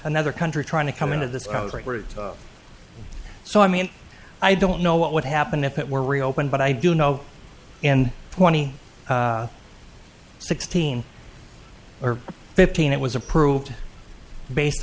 another country trying to come into this i was at route so i mean i don't know what would happen if it were reopened but i do know and twenty sixteen or fifteen it was approved based